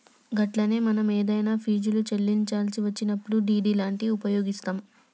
గట్లనే మనం ఏదన్నా ఫీజుల్ని చెల్లించాల్సి వచ్చినప్పుడు డి.డి లాంటివి ఉపయోగిస్తాం